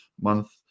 month